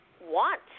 want